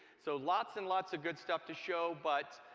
so lots and lots of good stuff to show. but